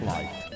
Life